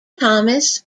thomas